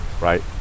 right